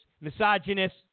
misogynist